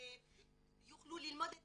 ללמוד את